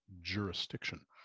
jurisdiction